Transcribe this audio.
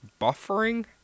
Buffering